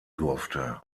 durfte